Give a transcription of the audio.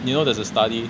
you know there's a study